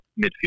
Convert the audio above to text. midfield